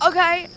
Okay